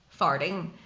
farting